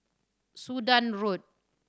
Sudan Road